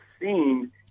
seen